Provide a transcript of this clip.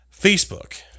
Facebook